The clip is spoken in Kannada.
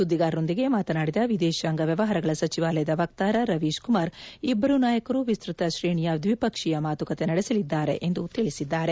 ಸುದ್ದಿಗಾರರೊಂದಿಗೆ ಮಾತನಾಡಿದ ವಿದೇಶಾಂಗ ವ್ಯವಹಾರಗಳ ಸಚಿವಾಲಯದ ವಕ್ಕಾರ ರವೀಶ್ ಕುಮಾರ್ ಇಬ್ಬರೂ ನಾಯಕರು ವಿಸ್ತುತ ಶ್ರೇಣಿಯ ದ್ವಿಪಕ್ವೀಯ ಮಾತುಕತೆ ನಡೆಸಲಿದ್ದಾರೆ ಎಂದು ತಿಳಿಸಿದ್ದಾರೆ